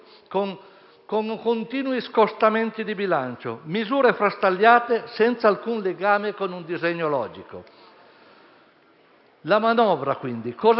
con continui scostamenti di bilancio e misure frastagliate, senza alcun legame con un disegno logico. Cosa c'è